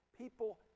people